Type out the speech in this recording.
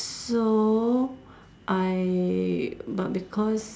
so I but because